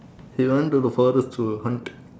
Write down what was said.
he went to the forest to hunt